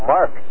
Mark